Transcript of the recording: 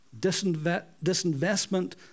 Disinvestment